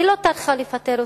היא לא טרחה לפטר אותו.